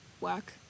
work